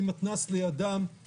עם מתנ"ס לידם, יסתדרו,